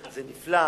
זה נפלא,